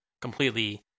completely